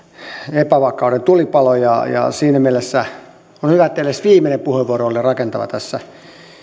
epävakauden tulipalo ja ja siinä mielessä on hyvä että edes viimeinen puheenvuoro oli rakentava tässä